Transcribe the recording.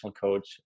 coach